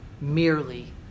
merely